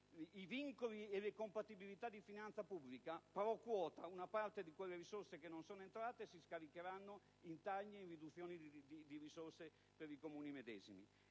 i vincoli e le compatibilità di finanza pubblica *pro quota*, una parte di quelle risorse che non sono entrate si scaricheranno in tagli e riduzione di risorse per i Comuni medesimi.